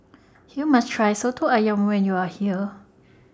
YOU must Try Soto Ayam when YOU Are here